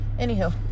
anywho